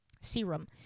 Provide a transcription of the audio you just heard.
serum